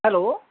hello